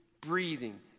breathing